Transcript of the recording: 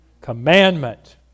commandment